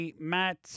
Matt